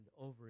over